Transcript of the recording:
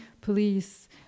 police